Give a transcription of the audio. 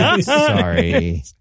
Sorry